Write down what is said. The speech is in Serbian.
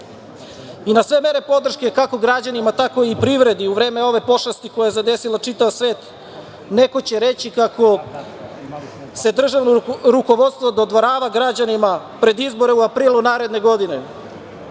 sve mere podrške kako građanima, tako i privredi u vreme ove pošasti koja je zadesila čitav svet neko će reći kako se državno rukovodstvo dodvorava građanima pred izbore u aprilu naredne godine,